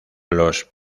los